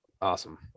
Awesome